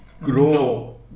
grow